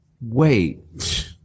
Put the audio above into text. Wait